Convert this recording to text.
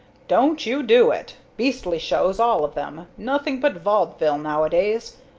don't you do it! beastly shows, all of them. nothing but vaudeville nowadays.